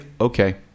okay